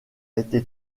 été